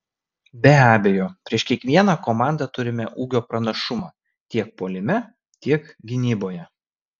be abejo prieš kiekvieną komandą turime ūgio pranašumą tiek puolime tiek gynyboje